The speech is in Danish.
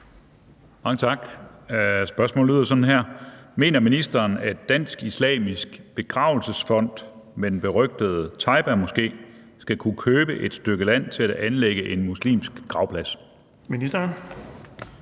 af: Peter Skaarup (DF): Mener ministeren, at Dansk Islamisk Begravelsesfond med den berygtede Taiba-moské skal kunne købe et stykke land til at anlægge en muslimsk gravplads? Den